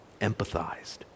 empathized